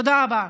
תודה רבה.